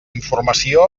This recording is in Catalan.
informació